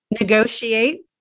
Negotiate